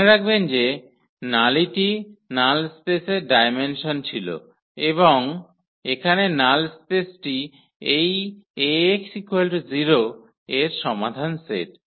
মনে রাখবেন যে নালিটি নাল স্পেসের ডায়মেনসন ছিল এবং এখানে নাল স্পেসটি এই 𝐴𝑥 0 এর সমাধান সেট